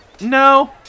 No